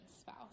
spouse